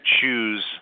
choose